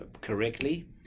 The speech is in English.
correctly